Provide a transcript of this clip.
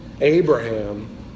Abraham